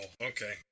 Okay